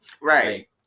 Right